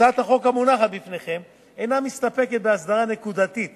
הצעת החוק המונחת בפניכם אינה מסתפקת בהסדרה נקודתית